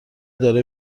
داره